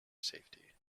safety